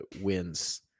wins